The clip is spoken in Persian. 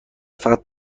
فقط